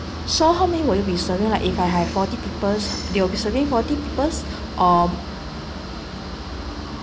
so how many will you be serving like if I have forty peoples you will be serving forty peoples or